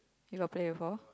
you got play before